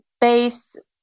base